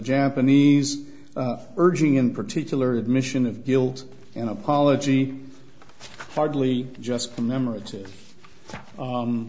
japanese urging in particular admission of guilt and apology hardly just